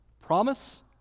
Promise